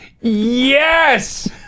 Yes